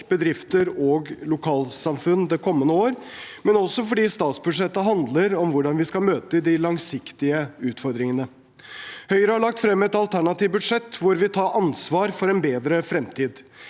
bedrifter og lokalsamfunn det kommende året, men også fordi statsbudsjettet handler om hvordan vi skal møte de langsiktige utfordringene. Høyre har lagt frem et alternativt budsjett hvor vi tar ansvar for en bedre fremtid